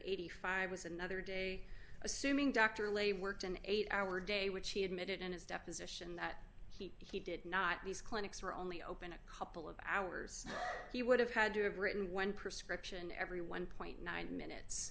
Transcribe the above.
eighty five was another day assuming dr lay worked an eight hour day which he admitted in his deposition that he did not these clinics were only open a couple of hours he would have had to have written one prescription every one nine minutes